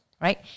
right